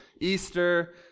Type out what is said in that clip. Easter